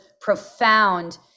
profound